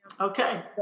Okay